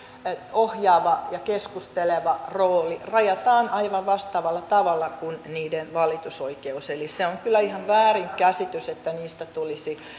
ohjaava ja keskusteleva rooli rajataan aivan vastaavalla tavalla kuin niiden valitusoikeus eli se on kyllä ihan väärinkäsitys että niistä tulisi